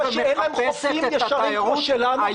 אתה יודע שאין להם חופים ישרים כמו שלנו.